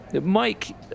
Mike